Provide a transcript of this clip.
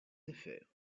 affaires